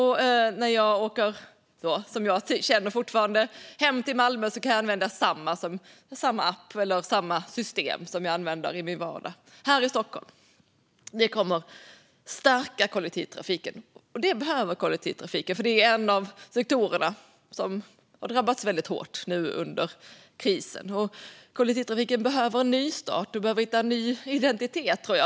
När jag åker hem - för så känner jag fortfarande - till Malmö kommer jag att kunna använda samma app eller system som jag använder i min vardag här i Stockholm. Detta kommer att stärka kollektivtrafiken, och det behöver den. Kollektivtrafiken är en av de sektorer som har drabbats väldigt hårt nu under krisen. Den behöver en nystart, och den behöver hitta en ny identitet.